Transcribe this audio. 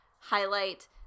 highlight